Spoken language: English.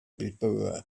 before